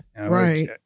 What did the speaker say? right